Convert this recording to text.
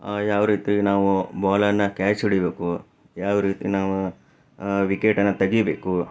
ಯಾವ ರೀತಿ ನಾವು ಬಾಲನ್ನು ಕ್ಯಾಚ್ ಹಿಡಿಬೇಕು ಯಾವ ರೀತಿ ನಾವು ವಿಕೆಟನ್ನು ತೆಗೀಬೇಕು